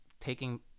taking